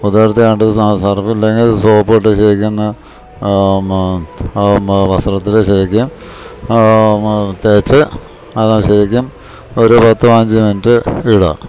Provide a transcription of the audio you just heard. കുതിർത്തേണ്ടത് Surf ഇല്ലെങ്കിൽ soap ഇട്ട് ശരിക്കും എന്ന് വസ്ത്രത്തിൽ ശരിക്കും തേച്ച് അത് ശരിക്കും ഒരു പത്ത് പതിനഞ്ച് മിനിറ്റ് ഇടാം